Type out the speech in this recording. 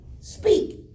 speak